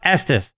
Estes